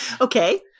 okay